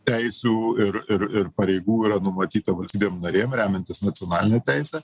teisių ir ir ir pareigų yra numatyta valstybėm narėm remiantis nacionaline teise